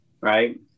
right